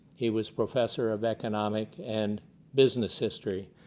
he was professor of economic and business history.